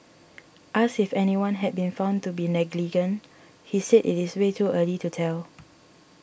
asked if anyone had been found to be negligent he said it is way too early to tell